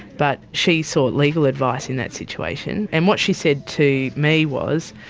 but she sought legal advice in that situation and what she said to me was,